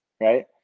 right